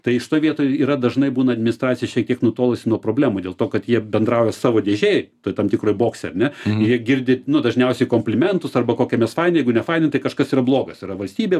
tai šitoj vietoj yra dažnai būna administracija šiek tiek nutolusi nuo problemų dėl to kad jie bendrauja savo dėžėj toj tam tikroj bokse ar ne jie girdi nu dažniausiai komplimentus arba kokie mes faini jeigu ne faini tai kažkas yra blogas yra valstybė